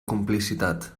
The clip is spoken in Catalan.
complicitat